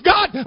God